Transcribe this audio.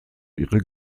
ihre